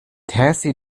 taxi